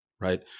right